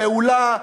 הפעולה,